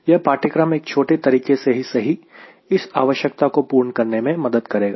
यह पाठ्यक्रम एक छोटे तरीके से ही सही इस आवश्यकता को पूर्ण करने में मदद करेगा